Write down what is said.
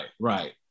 right